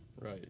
Right